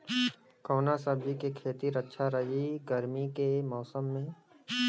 कवना सब्जी के खेती अच्छा रही गर्मी के मौसम में?